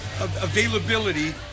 availability